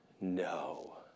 no